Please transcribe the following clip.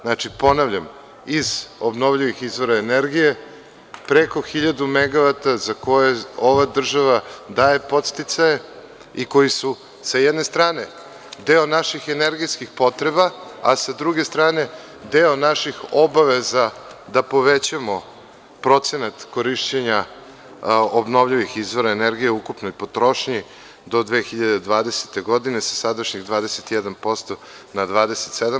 Znači, ponavljam, iz obnovljivih izvora energije preko 1000 megavata za koje ova država daje podsticaje i koji su sa jedne strane deo naših energetskih potreba, a sa druge strane, deo naših obaveza da povećamo procenat korišćenja obnovljivih izvora energije u ukupnoj potrošnji do 2020. godine sa sadašnjih 21% na 27%